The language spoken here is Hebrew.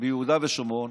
ביהודה ושומרון